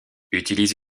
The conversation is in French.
utilise